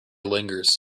lingers